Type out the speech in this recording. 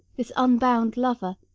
this unbound lover,